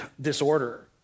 disorder